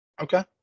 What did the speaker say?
Okay